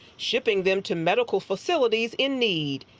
shipping them to medical facilities in need.